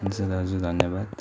हुन्छ दाजु धन्यवाद